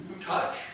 Touch